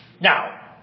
Now